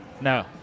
No